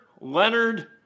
Leonard